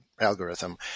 algorithm